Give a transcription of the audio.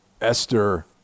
esther